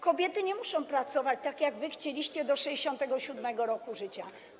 Kobiety nie muszą pracować, tak jak wy chcieliście, do 67. roku życia.